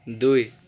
দুই